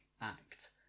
act